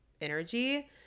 energy